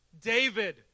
David